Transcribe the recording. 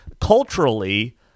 culturally